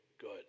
good